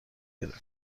گرفت